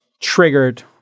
triggered